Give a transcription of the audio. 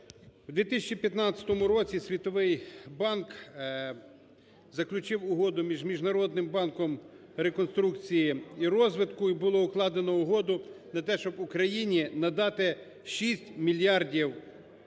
У 2015 році Світовий банк заключив угоду між Міжнародним банком реконструкції і розвитку. І було укладено угоду про те, щоб Україні надати 6 мільярдів гривень